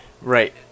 right